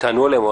שתענו עליהן.